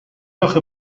آخه